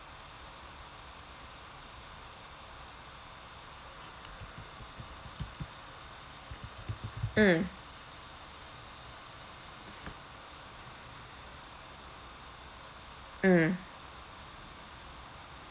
mm mm